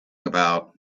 about